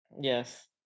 Yes